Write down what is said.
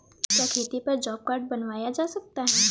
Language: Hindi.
क्या खेती पर जॉब कार्ड बनवाया जा सकता है?